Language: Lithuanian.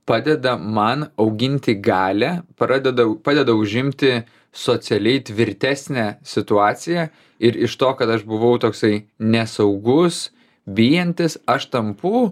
padeda man auginti galią pradeda padeda užimti socialiai tvirtesnę situaciją ir iš to kad aš buvau toksai nesaugus bijantis aš tampu